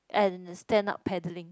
and stand up paddling